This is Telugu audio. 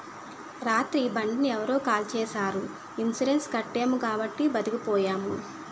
రాత్రి బండిని ఎవరో కాల్చీసారు ఇన్సూరెన్సు కట్టాము కాబట్టి బతికిపోయాము